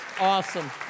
Awesome